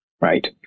Right